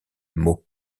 mot